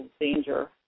danger